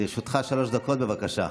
לרשותך שלוש דקות, בבקשה.